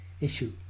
issue